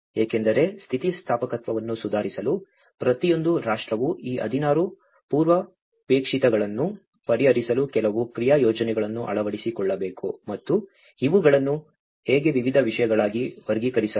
ಏಕೆಂದರೆ ಸ್ಥಿತಿಸ್ಥಾಪಕತ್ವವನ್ನು ಸುಧಾರಿಸಲು ಪ್ರತಿಯೊಂದು ರಾಷ್ಟ್ರವು ಈ 16 ಪೂರ್ವಾಪೇಕ್ಷಿತಗಳನ್ನು ಪರಿಹರಿಸಲು ಕೆಲವು ಕ್ರಿಯಾ ಯೋಜನೆಗಳನ್ನು ಅಳವಡಿಸಿಕೊಳ್ಳಬೇಕು ಮತ್ತು ಇವುಗಳನ್ನು ಹೇಗೆ ವಿವಿಧ ವಿಷಯಗಳಾಗಿ ವರ್ಗೀಕರಿಸಲಾಗಿದೆ